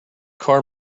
car